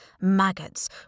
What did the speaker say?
Maggots